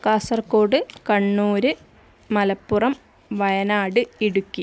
Kasaragod Kannur Malappuram Wayanad Idukki